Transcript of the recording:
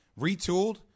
retooled